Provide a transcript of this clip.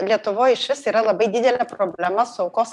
lietuvoj iš vis yra labai didelė problema su aukos